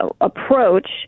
approach